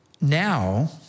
now